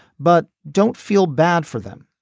but don't feel bad for them.